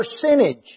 percentage